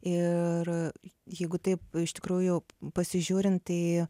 ir jeigu taip iš tikrųjų pasižiūrint tai